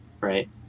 right